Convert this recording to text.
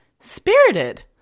spirited